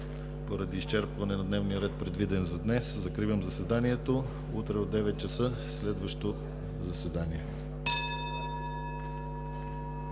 Поради изчерпване на дневния ред, предвиден за днес, закривам заседанието. Утре от 9,00 ч. – следващо заседание. (Звъни.)